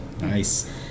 Nice